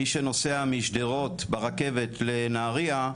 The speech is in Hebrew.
מי שנוסע משדרות ברכבת לנהריה,